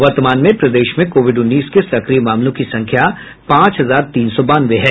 वर्तमान में प्रदेश में कोविड उन्नीस के सक्रिय मामलों की संख्या पांच हजार तीन सौ बानवे है